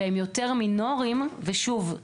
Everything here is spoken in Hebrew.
והם יותר מינוריים ושוב,